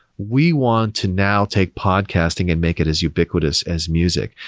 we want to now take podcasting and make it as ubiquitous as music.